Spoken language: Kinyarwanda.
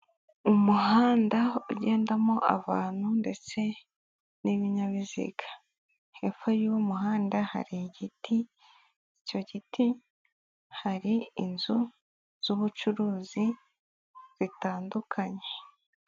Umuhanda ugendamo abantu ndetse n'ibinyabiziga, hepfo y'umuhanda hari igiti, icyo giti hari inzu z'ubucuruzi zitandukanye.